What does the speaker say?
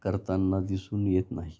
करताना दिसून येत नाही